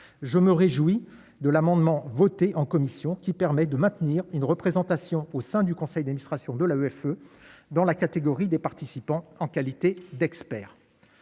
je me réjouis de l'amendement, voté en commission qui permet de maintenir une représentation au sein du conseil d'illustration de la AFE dans la catégorie des participants en qualité d'expert.